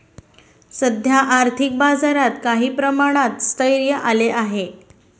सध्या आर्थिक बाजारात काही प्रमाणात स्थैर्य आले आहे